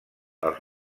els